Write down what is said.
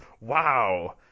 Wow